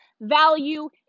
value